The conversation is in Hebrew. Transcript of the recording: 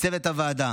לצוות הוועדה,